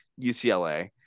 UCLA